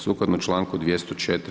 Sukladno članku 204.